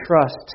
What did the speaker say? trust